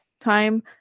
time